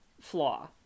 flaw